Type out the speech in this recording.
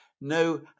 no